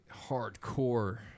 Hardcore